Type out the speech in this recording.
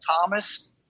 Thomas